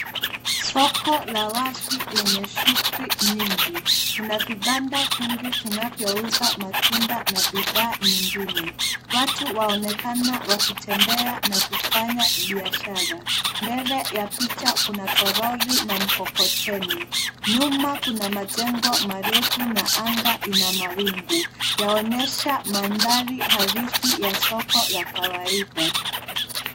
Soko la wazi lenye shughuli nyingi ,kuna vibanda vingi vinavyo uza matunda na bidhaa nyingine, watu waonekana wakitembea na kufanya biashara . Mbele ya picha kuna toroli na mkokoteni , nyuma kuna majengo marefu na anga ina mawingu yaonyesha mandhari halisi ya soko ya kawaida.